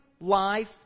life